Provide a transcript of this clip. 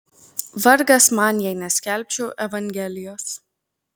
vargas man jei neskelbčiau evangelijos